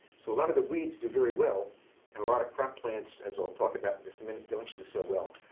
so a lot of the weeds do very well. and a lot of crop plants as i'll talk about in just a minute don't yeah do so well.